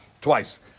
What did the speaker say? twice